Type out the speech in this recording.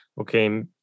okay